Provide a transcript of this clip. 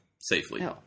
Safely